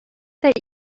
that